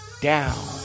down